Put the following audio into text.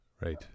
Right